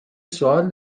سوال